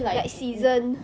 like season